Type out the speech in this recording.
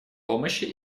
помощи